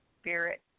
spirit